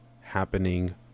happening